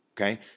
Okay